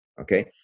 okay